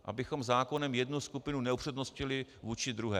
Abychom zákonem jednu skupinu neupřednostnili vůči druhé.